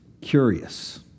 curious